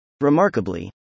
Remarkably